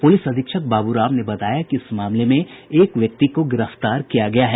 police अधीक्षक बाबू राम ने बताया कि इस मामले में एक व्यक्ति को गिरफ्तार किया गया है